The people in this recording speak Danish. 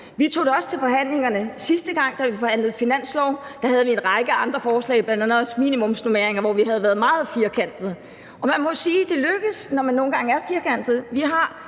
Vi tog det også til forhandlingerne sidste gang, da vi forhandlede finanslov. Der havde vi en række andre forslag, bl.a. også minimumsnormeringer, hvor vi havde været meget firkantede. Og man må sige, at det nogle gange lykkes, når man er firkantet.